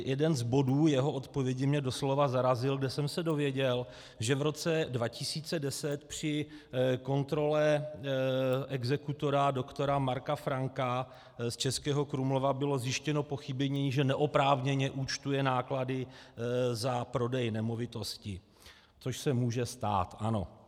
Jeden z bodů jeho odpovědi mě doslova zarazil, kde jsem se dověděl, že v roce 2010 při kontrole exekutora doktora Marka Franka z Českého Krumlova bylo zjištěno pochybení, že neoprávněně účtuje náklady za prodej nemovitosti, což se může stát, ano.